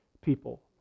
people